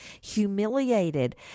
humiliated